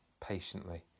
patiently